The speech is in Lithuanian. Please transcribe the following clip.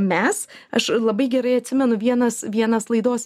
mes aš labai gerai atsimenu vienas vienas laidos